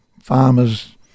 farmers